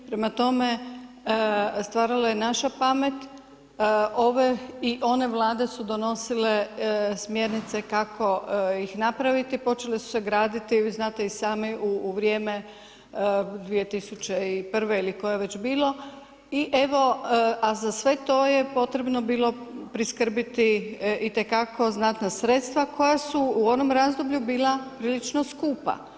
Prema tome, stvaralo je naša pamet ove i one Vlade su donosile smjernice kako ih napraviti, počele su se graditi, vi znate i sami, u vrijeme 2001. ili koje je već bilo, i evo, a za sve to je potrebno bilo priskrbiti itekako znatna sredstva koja su u onom razdoblju bila prilično skupa.